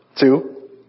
Two